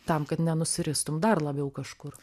tam kad nenusiristum dar labiau kažkur